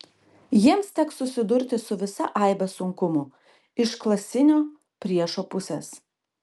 jiems teks susidurti su visa aibe sunkumų iš klasinio priešo pusės